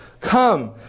Come